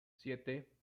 siete